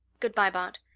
goodbye, bart.